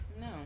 no